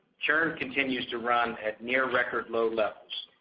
churn continues to run at near record low levels.